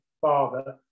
father